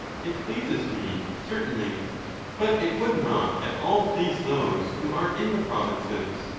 it pleases me, certainly but it would not at all please those who are in the provinces.